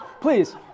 please